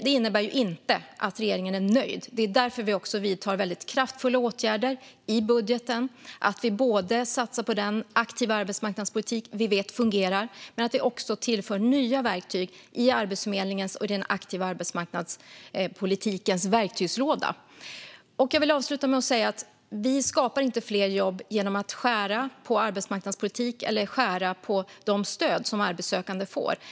Det innebär inte att regeringen är nöjd, och det är därför som vi också vidtar väldigt kraftfulla åtgärder i budgeten och både satsar på den aktiva arbetsmarknadspolitik som vi vet fungerar och tillför nya verktyg i Arbetsförmedlingens och den aktiva arbetsmarknadspolitikens verktygslåda. Jag vill avsluta med att säga att vi inte skapar fler jobb genom att skära ned på arbetsmarknadspolitik eller på de stöd som arbetssökande får.